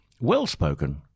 well-spoken